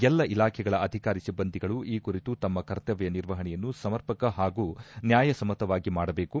ಎಲ್ಲ ಇಲಾಖೆಗಳ ಅಧಿಕಾರಿ ಸಿಬ್ಬಂದಿಗಳು ಈ ಕುರಿತು ತಮ್ಮ ಕರ್ತವ್ಯ ನಿರ್ವಹಣೆಯನ್ನು ಸಮರ್ಪಕ ಹಾಗೂ ನ್ಯಾಯ ಸಮ್ಮತವಾಗಿ ಮಾಡಬೇಕು